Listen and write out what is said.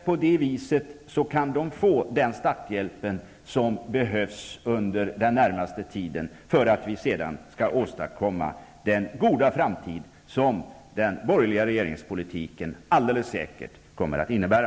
På det viset kan de få den starthjälp som behövs under den närmaste tiden, för att vi sedan skall kunna åstadkomma den goda framtid som den borgerliga regeringspolitiken alldeles säkert kommer att innebära.